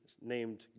named